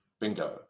Bingo